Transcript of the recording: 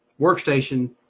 workstation